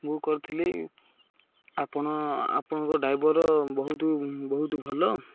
book କରିଥିଲି ଆପଣ ଆପଣଙ୍କ ଡ୍ରାଇଭର ବହୁତୁ ବହୁତ ଭଲ